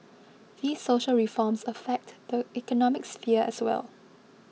these social reforms affect the economic sphere as well